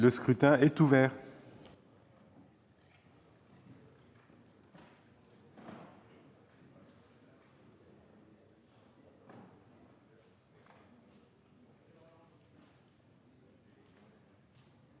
Le scrutin est ouvert.